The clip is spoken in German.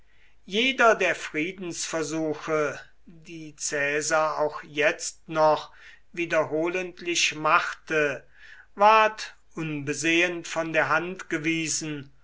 jeder der friedensversuche die caesar auch jetzt noch wiederholentlich machte ward unbesehen von der hand gewiesen